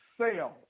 sale